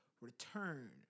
return